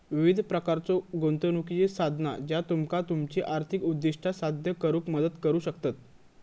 विविध प्रकारच्यो गुंतवणुकीची साधना ज्या तुमका तुमची आर्थिक उद्दिष्टा साध्य करुक मदत करू शकतत